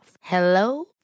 Hello